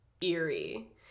eerie